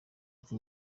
ati